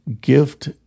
gift